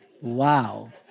Wow